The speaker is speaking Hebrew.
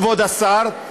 כבוד השר,